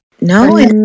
No